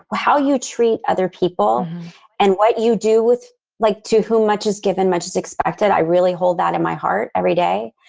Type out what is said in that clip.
how you treat other people and what you do with like to whom much is given, much is expected, i really hold that in my heart every day.